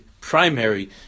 primary